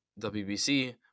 WBC